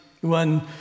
One